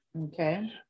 Okay